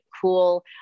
cool